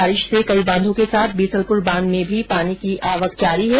बारिश से कई बांधों के साथ बीसलपुर बांध में भी पानी की आवक जारी है